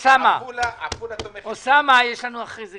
אדוני היושב-ראש, כבוד השר,